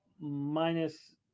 minus